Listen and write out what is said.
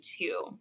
two